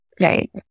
Right